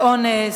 לאונס,